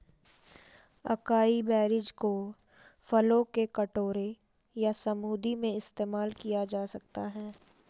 acai berries को फलों के कटोरे या स्मूदी में इस्तेमाल किया जा सकता है